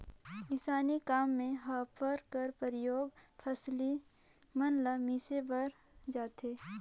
किसानी काम मे हापर कर परियोग फसिल मन ल मिसे बर करल जाथे